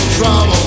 trouble